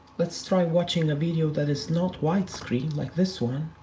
let's try watching a video that is not widescreen, like this one.